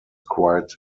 quite